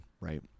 right